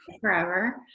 Forever